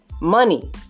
Money